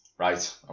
Right